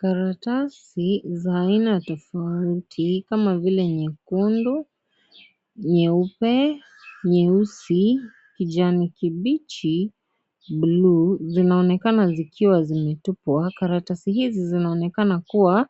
Karatasi za aina tofauti kama vile nyekundu, nyeupe, nyeusi, kijani kibichi, bluu zinaonekana zikiwa zimetupwa. Karatasi hizi zinaonekana kuwa